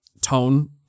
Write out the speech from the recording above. tone